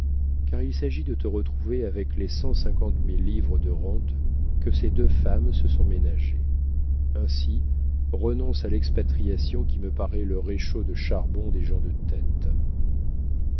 car il s'agit de te retrouver avec les cent cinquante mille livres de rentes que ces deux femmes se sont ménagées ainsi renonce à l'expatriation qui me paraît le réchaud de charbon des gens de tête